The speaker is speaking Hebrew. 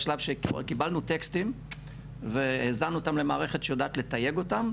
בשלב שקיבלנו טקסטים והזנו אותם למערכת שיודעת לתייג אותם,